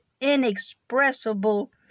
inexpressible